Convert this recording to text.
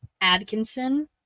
Adkinson